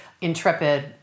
intrepid